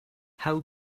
how